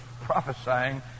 prophesying